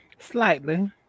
Slightly